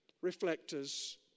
reflectors